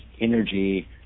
energy